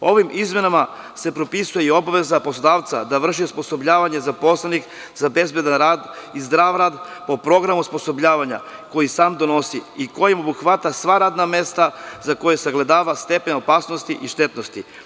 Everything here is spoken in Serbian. Ovim izmenama se propisuje i obaveza poslodavca da vrši osposobljavanje zaposlenih za bezbedan i zdrav rad po programu osposobljavanja koji sam donosi i kojim obuhvata sva radna mesta za koja sagledava stepen opasnosti i štetnosti.